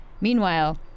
Meanwhile